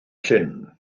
llyn